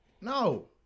no